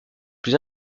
plus